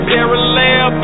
Parallel